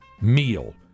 meal